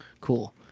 Cool